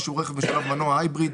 ושהוא רכב משולב מנוע (hybrid),